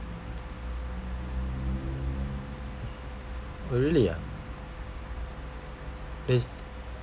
oh really ah there's